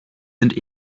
sind